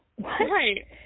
Right